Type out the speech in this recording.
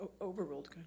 Overruled